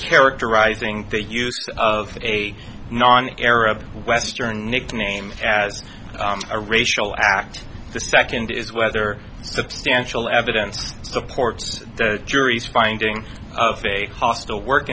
characterizing the use of a non arab western nickname as a racial act the second is whether substantial evidence supports the jury's finding of a hostile work